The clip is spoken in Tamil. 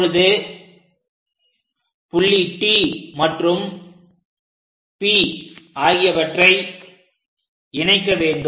இப்பொழுது புள்ளி T மற்றும் P ஆகியவற்றை இணைக்க வேண்டும்